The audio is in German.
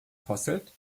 posselt